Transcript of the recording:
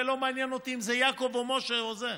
ולא מעניין אותי אם זה יעקב או משה או זה.